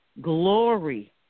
glory